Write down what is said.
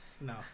No